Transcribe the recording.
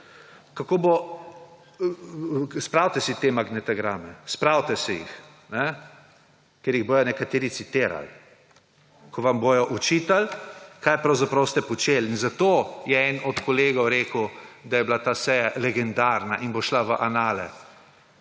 spravite si te magnetograme, spravite si jih, ker jih bojo nekateri citiral, ko vam bojo očital, kaj pravzaprav ste počel in zato je en od kolegov rekel, da je bila ta seja legendarna in bo šla v anale,